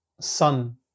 sun